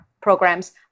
programs